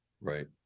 Right